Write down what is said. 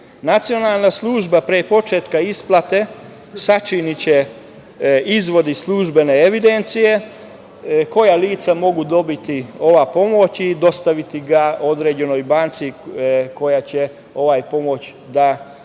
Nacionalna služba pre početka isplate sačiniće izvod iz službene evidencije koja lica mogu dobiti ovu pomoć i dostaviti određenoj banci koja će ovu pomoć da isplati.